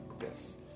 Yes